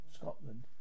Scotland